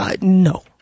no